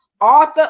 author